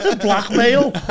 Blackmail